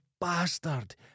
bastard